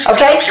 Okay